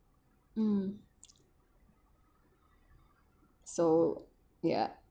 mm so ya